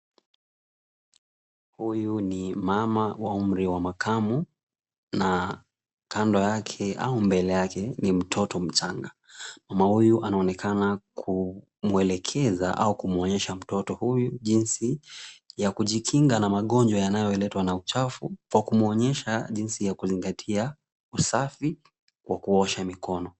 Huyu ni mama wa umri wa makamo na kando yake, au mbele yake ni mtoto mchanga. Mama huyu anaonekana kumwelekeza au kumwonyesha mtoto huyu jinsi ya kujikinga na magonjwa yanayoletwa na uchafu kwa kumwonyesha jinsi ya kuzingatia usafi wa kuosha mikono.